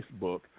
Facebook